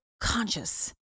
conscious